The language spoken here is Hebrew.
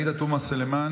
עאידה תומא סלימאן,